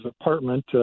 apartment